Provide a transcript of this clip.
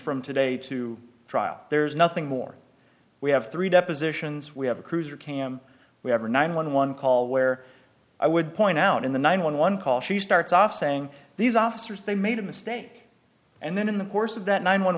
from today to trial there's nothing more we have three depositions we have a cruiser cam we have a nine one one call where i would point out in the nine one one call she starts off saying these officers they made a mistake and then in the course of that nine one